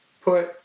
put